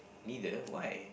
neither why